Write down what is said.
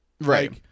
Right